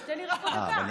אז תן לי רק עוד דקה.